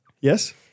yes